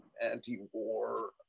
anti-war